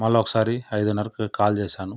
మళ్ళా ఓకసారి ఐదున్నర్రకు కాల్ చేశాను